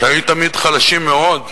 שהיו תמיד חלשים מאוד,